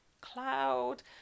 cloud